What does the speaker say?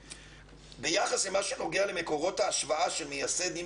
ביחס למה שנוגע למקורות ההשוואה של מייסד "אם